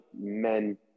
men